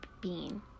bean